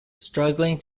struggling